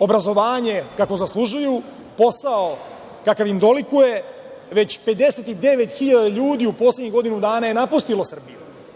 obrazovanje kakvo zaslužuju, posao kakav im dolikuje, već 59.000 ljudi u poslednjih godinu dana je napustilo Srbiju.